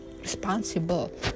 responsible